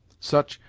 such,